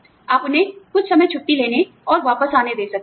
आप उन्हें कुछ समय छुट्टी लेने और वापस आने दे सकते थे